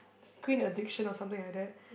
screen addiction or something like that